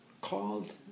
called